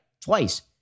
Twice